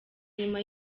nyuma